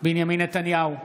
בנימין נתניהו,